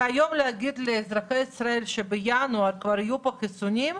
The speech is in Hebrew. והיום להגיד לאזרחי ישראל שבינואר כבר יהיו פה חיסונים,